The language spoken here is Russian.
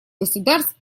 государств